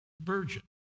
virgin